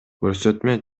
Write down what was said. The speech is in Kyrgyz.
көрсөтмө